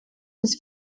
his